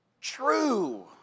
true